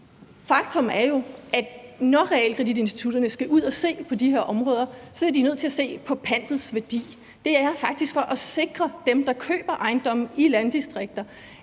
Faktum er jo, at når realkreditinstitutterne skal ud og se på de her områder, er de nødt til at se på pantets værdi. Det er faktisk for at sikre, at de, der køber ejendomme i landdistrikter,